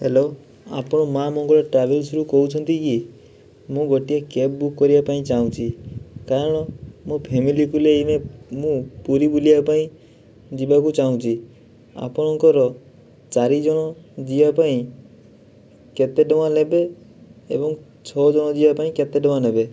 hello ଆପଣ ମାଁ ମଙ୍ଗଳା ଟ୍ରାଭେଲ୍ସ୍ରୁ କହୁଛନ୍ତି କି ମୁଁ ଗୋଟିଏ କ୍ୟାବ୍ ବୁକ୍ କରିବାପାଇଁ ଚାହୁଁଛି କାରଣ ମୋ ଫ୍ୟାମିଲି ବୁଲେଇ ମୁଁ ପୁରୀ ବୁଲିବାପାଇଁ ଯିବାକୁ ଚାହୁଁଛି ଆପଣଙ୍କର ଚାରିଜଣ ଯିବାପାଇଁ କେତେ ଟଙ୍କା ନେବେ ଏବଂ ଛଅଜଣ ଯିବାପାଇଁ କେତେ ଟଙ୍କା ନେବେ